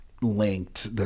linked